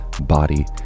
body